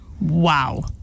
Wow